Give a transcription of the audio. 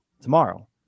tomorrow